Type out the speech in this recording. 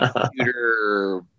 Computer